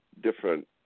Different